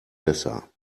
besser